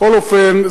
בכל אופן,